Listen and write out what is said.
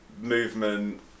Movement